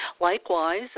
Likewise